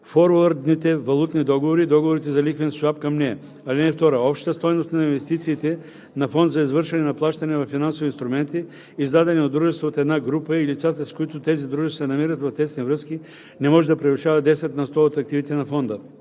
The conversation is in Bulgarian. форуърдните валутни договори и договорите за лихвен суап към нея. (2) Общата стойност на инвестициите на фонд за извършване на плащания във финансови инструменти, издадени от дружества от една група и лицата, с които тези дружества се намират в тесни връзки, не може да превишава 10 на сто от активите на фонда.